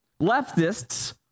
leftists